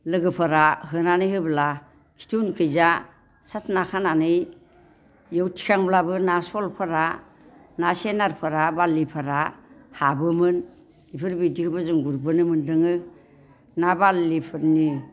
लोगोफोरा होनानै होब्ला खिथु उनखैजा साथना खानानै बेयाव थिखांब्लाबो ना सलफोरा ना सेनारफोरा बारलिफोरा हाबोमोन बेफोरबायदिखौबो जों गुरबोनो मोन्दोङो ना बारलिफोरनि